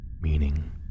meaning